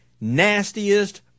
nastiest